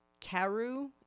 Karu